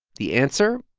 the answer.